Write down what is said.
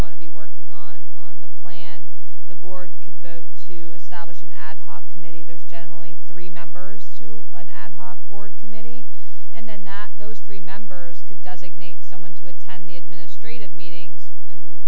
want to be working on on the plan the board could vote to establish an ad hoc committee there's generally three members to an ad hoc board committee and then those three members could does ignite someone to attend the administrative meetings and